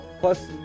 Plus